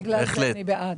בגלל זה אני בעד.